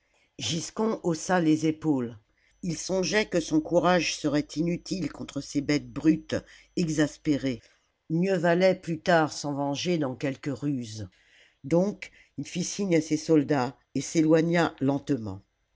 giscon haussa les épaules son courage serait inutile contre ces bêtes brutes exaspérées mieux valait plus tard s'en venger dans quelque ruse donc il fit signe à ses soldats et s'éloigna lentement